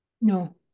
No